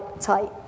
tight